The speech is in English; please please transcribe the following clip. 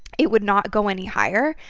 it would not go any higher.